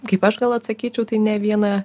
kaip aš gal atsakyčiau tai ne viena